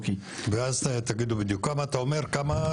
כמה אתה אומר?